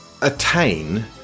attain